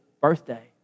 birthday